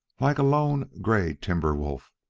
like a lone gray timber wolf,